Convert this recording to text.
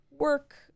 work